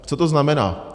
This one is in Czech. Co to znamená?